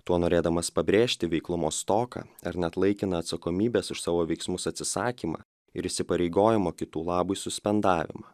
tuo norėdamas pabrėžti veiklumo stoką ar net laikiną atsakomybės už savo veiksmus atsisakymą ir įsipareigojimo kitų labui suspendavimą